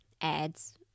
ads